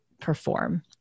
perform